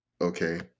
Okay